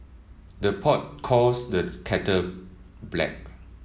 the pot calls the kettle black